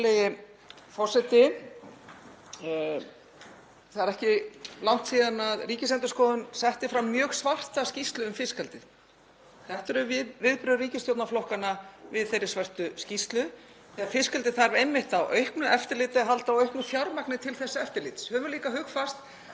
Það er ekki langt síðan Ríkisendurskoðun setti fram mjög svarta skýrslu um fiskeldið. Þetta eru viðbrögð ríkisstjórnarflokkanna við þeirri svörtu skýrslu þegar fiskeldi þarf einmitt á auknu eftirliti að halda og auknu fjármagni til þess eftirlits. Höfum líka hugfast